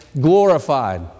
glorified